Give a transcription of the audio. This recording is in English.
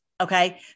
Okay